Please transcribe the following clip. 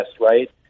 right